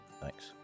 thanks